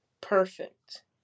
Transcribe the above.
Perfect